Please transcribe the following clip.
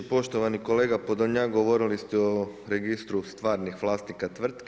Poštovani kolega Podolnjak, govorili ste o Registru stvarnih vlasnika tvrtki.